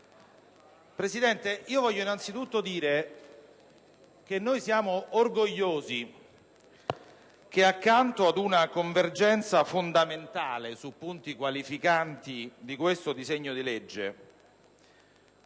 Presidente, voglio innanzitutto dire che siamo orgogliosi che, accanto ad una convergenza fondamentale su punti qualificanti di questo disegno di legge